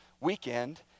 weekend